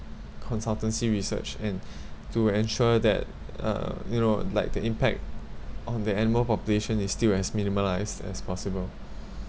consultancy research and to ensure that uh you know like the impact on the animal population is still as minimalised as possible